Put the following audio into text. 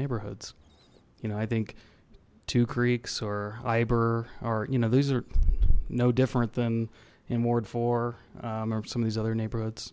neighborhoods you know i think two creeks or i burr or you know these are no different than in ward four or some of these other neighborhoods